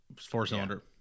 four-cylinder